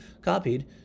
copied